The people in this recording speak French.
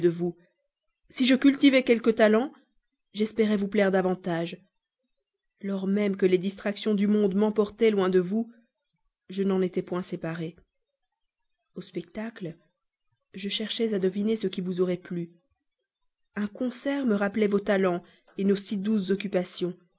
si je cultivais quelques talents j'espérais vous plaire davantage lors même que les distractions du monde m'emportaient loin de vous je n'en étais point séparé au spectacle je cherchais à deviner ce qui vous aurait plu un concert me rappelait vos talents nos si douces occupations